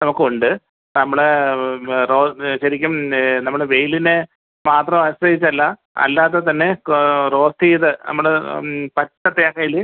നമുക്കുണ്ട് നമ്മളെ റോസ്റ്റ് ശരിക്കും നമ്മൾ വെയിലിനെ മാത്രം ആശ്രയിച്ചല്ല അല്ലാതെ തന്നെ റോസ്റ്റ് ചെയ്ത് നമ്മൾ പച്ച തേങ്ങയിൽ